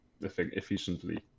efficiently